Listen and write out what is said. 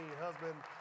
husband